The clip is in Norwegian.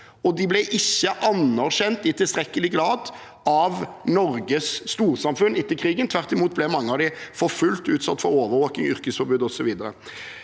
de ble ikke anerkjent i tilstrekkelig grad av Norges storsamfunn etter krigen. Tvert imot ble mange av dem forfulgt og utsatt for overvåking, yrkesforbud osv.